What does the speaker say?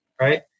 right